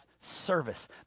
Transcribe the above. service